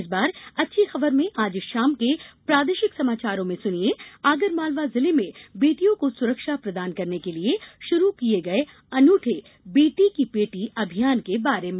इस बार अच्छी खबर में आज शाम के प्रादेशिक समाचारो में सुनिये आगरमालवा जिले में बेटियों को सुरक्षा प्रदान करने के लिये शुरू किये गये अनूठे बेटी की पेटी अभियान के बारे में